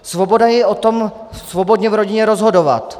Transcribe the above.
Svoboda je o tom svobodně v rodině rozhodovat.